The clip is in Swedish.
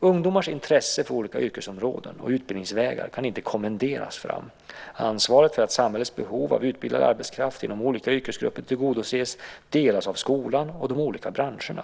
Ungdomars intresse för olika yrkesområden och utbildningsvägar kan inte kommenderas fram. Ansvaret för att samhällets behov av utbildad arbetskraft inom olika yrkesgrupper tillgodoses delas av skolan och de olika branscherna.